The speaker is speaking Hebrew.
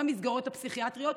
במסגרות הפסיכיאטריות,